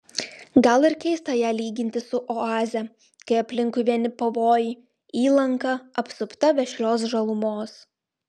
gal ir keista ją lyginti su oaze kai aplinkui vieni pavojai įlanka apsupta vešlios žalumos